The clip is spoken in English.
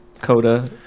Coda